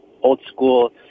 old-school